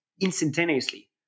instantaneously